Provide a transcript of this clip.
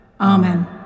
Amen